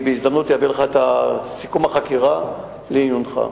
בהזדמנות, אני אעביר לך את סיכום החקירה לעיונך.